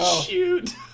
Shoot